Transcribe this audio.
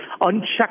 unchecked